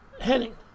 Henning